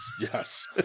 Yes